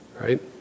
right